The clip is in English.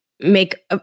make